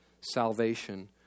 salvation